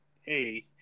hey